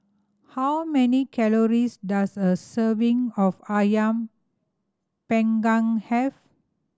how many calories does a serving of Ayam Panggang have